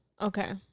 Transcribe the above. Okay